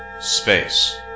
Space